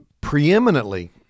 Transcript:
preeminently